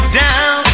down